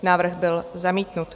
Návrh byl zamítnut.